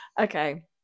okay